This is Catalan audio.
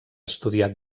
estudiar